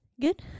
Good